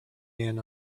man